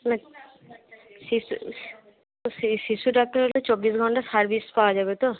না শিশু শিশু ডাক্তার হলে চব্বিশ ঘন্টা সার্ভিস পাওয়া যাবে তো